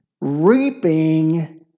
reaping